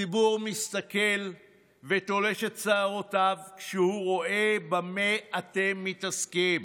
הציבור מסתכל ותולש את שערותיו כשהוא רואה במה אתם מתעסקים.